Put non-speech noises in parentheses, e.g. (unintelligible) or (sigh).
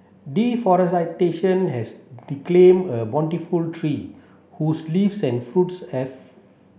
(unintelligible) has (unintelligible) a bountiful tree whose leaves and fruit have